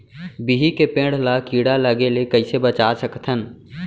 बिही के पेड़ ला कीड़ा लगे ले कइसे बचा सकथन?